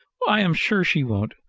i am sure she won't.